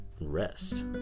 rest